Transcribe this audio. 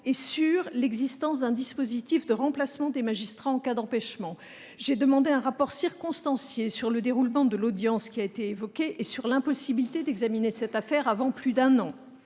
que sur l'existence d'un dispositif de remplacement des magistrats en cas d'empêchement. J'ai demandé un rapport circonstancié sur le déroulement de l'audience qui a été évoquée et sur l'impossibilité d'examiner cette affaire avant plus d'un an.